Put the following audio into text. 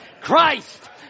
Christ